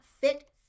fit